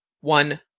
one